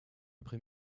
après